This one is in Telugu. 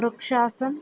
వృక్షాసన్